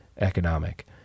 economic